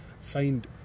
find